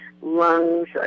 lungs